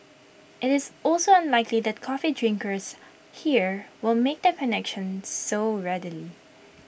IT is also unlikely that coffee drinkers here will make the connection so readily